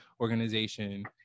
organization